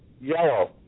Yellow